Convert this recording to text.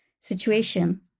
situation